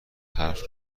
حرف